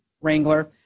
Wrangler